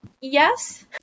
Yes